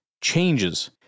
changes